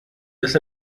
dass